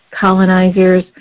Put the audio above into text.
colonizers